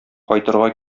кайтырга